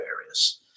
areas